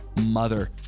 mother